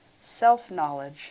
self-knowledge